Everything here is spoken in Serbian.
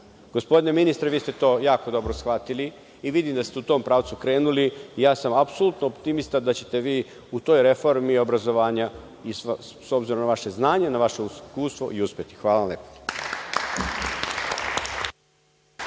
Gospodine ministre, vi ste to jako dobro shvatili i vidim da ste u tom pravcu krenuli i apsolutno sam optimista da ćete u toj reformi obrazovanja, s obzirom na vaše znanje, na vaše iskustvo, i uspeti. Hvala lepo.